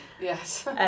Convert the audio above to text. Yes